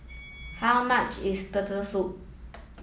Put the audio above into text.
how much is Turtle Soup